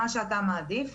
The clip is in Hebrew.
מה שאתה מעדיף,